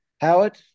Howard